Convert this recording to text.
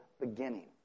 beginning